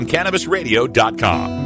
CannabisRadio.com